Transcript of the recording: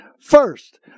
First